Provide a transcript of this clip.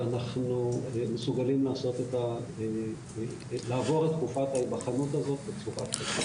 ואנחנו מסוגלים לעבור את תקופת ההיבחנות הזאת בצורה טובה.